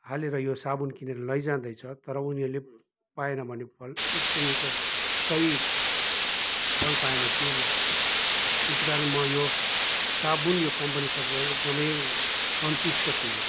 हालेर यो साबुन किनेर लैजाँदैछ तर उनीहरूले पाएन भने फल उसको यसको सही फल पाएन के लाभ त्यसै कारण म यो साबुन यो कम्पनीसँग त एकदमै सन्तुष्ट छुइनँ